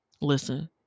Listen